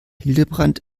hildebrand